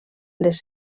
les